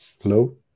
Hello